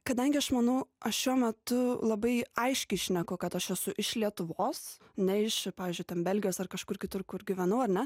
kadangi aš manau aš šiuo metu labai aiškiai šneku kad aš esu iš lietuvos ne iš pavyzdžiui ten belgijos ar kažkur kitur kur gyvenau ar ne